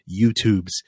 YouTubes